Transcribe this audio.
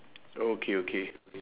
oh okay okay